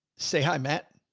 say hi, matt.